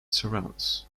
surrounds